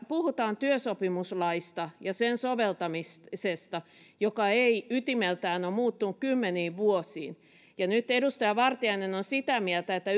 puhutaan työsopimuslaista ja sen soveltamisesta joka ei ytimeltään ole muuttunut kymmeniin vuosiin ja jos nyt edustaja vartiainen on sitä mieltä että